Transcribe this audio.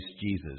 Jesus